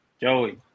Joey